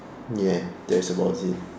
ya that's about it